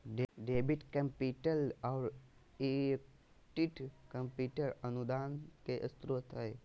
debit capital, आर equity capital अनुदान के स्रोत हय